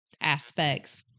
aspects